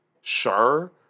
sure